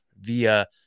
via